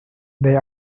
they